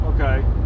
Okay